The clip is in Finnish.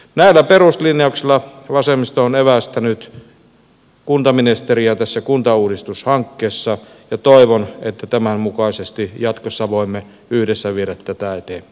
näillä peruslinjauksilla vasemmisto on evästänyt kuntaministeriä tässä kuntauudistushankkeessa ja toivon että tämän mukaisesti jatkossa voimme yhdessä viedä tätä eteenpäin